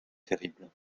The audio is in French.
terrible